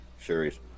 series